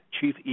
Chief